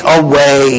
away